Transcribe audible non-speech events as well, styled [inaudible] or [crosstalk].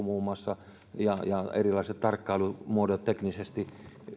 [unintelligible] muun muassa puhelinkuuntelu ja erilaiset tarkkailumuodot teknisesti